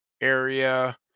area